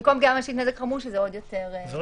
במקום פגיעה ממשית, נזק חמור, שזה עוד יותר קשה.